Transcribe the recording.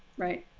right.